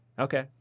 Okay